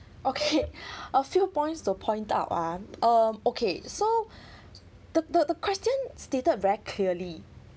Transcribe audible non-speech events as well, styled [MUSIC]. [BREATH] okay [LAUGHS] a few points to point out ah uh okay so [BREATH] the the the question stated very clearly